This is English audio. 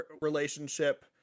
relationship